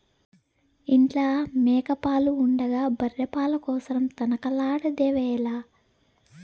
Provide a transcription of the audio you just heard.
ఇంట్ల మేక పాలు ఉండగా బర్రె పాల కోసరం తనకలాడెదవేల